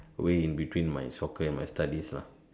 way in between my soccer and my studies lah